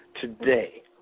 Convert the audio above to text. today